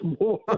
more